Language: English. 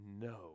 no